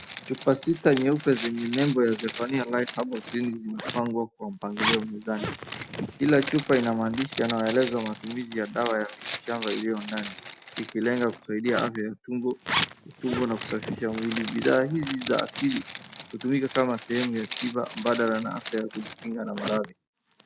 Chupa sita nyeupe zenye nembo ya Zhephania Life Herbal Clinic zimepangwa kwa mpangilio mezani kila chupa inamaandishi yanayoeleza matumizi ya dawa ya miti shamba iliyo ndani ikilenga kusaidia afya ya tumbo na kusafisha mwili. Bidhaa hizi za asili hutumika kama sehemu ya tiba mbadala na afya ya kujikinga na maradhi.